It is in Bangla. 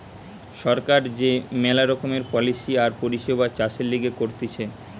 সরকার যে মেলা রকমের পলিসি আর পরিষেবা চাষের লিগে করতিছে